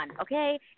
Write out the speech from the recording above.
okay